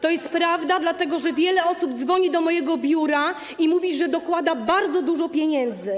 To jest prawda, dlatego że wiele osób dzwoni do mojego biura i mówi, że dokłada bardzo dużo pieniędzy.